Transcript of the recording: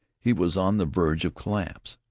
he was on the verge of collapse.